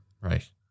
right